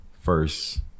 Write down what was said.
first